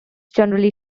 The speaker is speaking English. generally